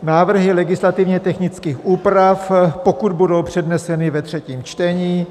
Návrhy legislativně technických úprav, pokud budou předneseny ve třetím čtení.